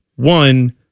One